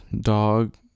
dog